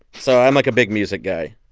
so i'm, like, a big music guy.